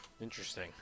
Interesting